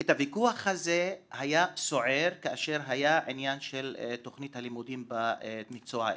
היה ויכוח סוער כאשר היה עניין של תוכנית הלימודים במקצוע האזרחות.